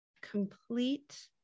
complete